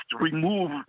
remove